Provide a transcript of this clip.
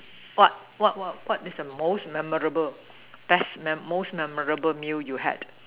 what what what is the most memorable best memorable most memorable meal you had